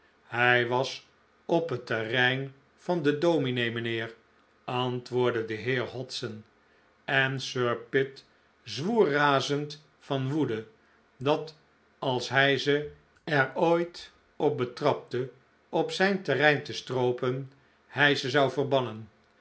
hij was op het terrein van den dominee mijnheer antwoordde de heer hodson en sir pitt zwoer razend van woede dat als hij ze er ooit op betrapte op zijn terrein te stroopen hij ze zou verbannen